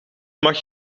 mag